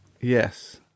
Yes